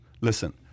listen